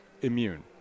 immune